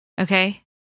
Okay